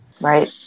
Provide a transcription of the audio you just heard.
Right